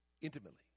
Intimately